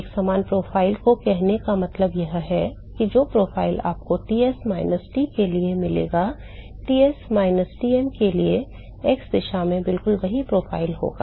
एकसमान प्रोफाइल को कहने का मतलब यह है कि जो प्रोफाइल आपको Ts minus T के लिए मिलेगा Ts minus Tm के लिए एक्स दिशा में बिल्कुल वही प्रोफाइल होगा